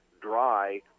dry